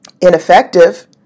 ineffective